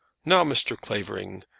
now, mr. clavering,